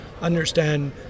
understand